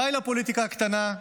די לפוליטיקה הקטנה,